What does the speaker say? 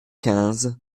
quinze